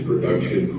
Production